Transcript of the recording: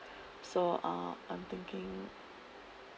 so uh I'm thinking